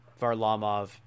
Varlamov